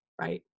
right